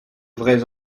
vrais